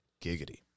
Giggity